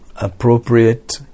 Appropriate